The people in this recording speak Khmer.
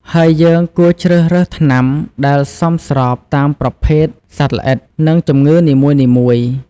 ហើយយើងគួរជ្រើសរើសថ្នាំដែលសមស្របតាមប្រភេទសត្វល្អិត និងជំងឺនីមួយៗ។